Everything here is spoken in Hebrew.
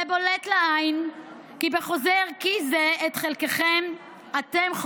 זה בולט לכל עין כי בחוזה ערכי זה את חלקכם אתם,